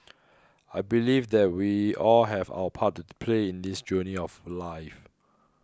I believe that we all have our part to play in this journey of life